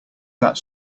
that